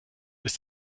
ist